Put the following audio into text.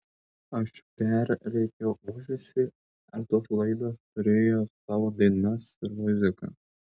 aš perrėkiau ūžesį ar tos laidos turėjo savo dainas ir muziką